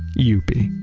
youppi.